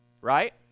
right